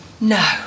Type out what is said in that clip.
No